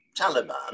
Taliban